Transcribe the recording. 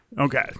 Okay